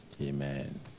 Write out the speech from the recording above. Amen